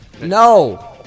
No